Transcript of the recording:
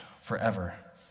forever